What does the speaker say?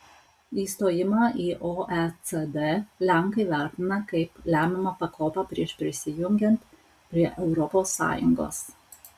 įstojimą į oecd lenkai vertina kaip lemiamą pakopą prieš prisijungiant prie europos sąjungos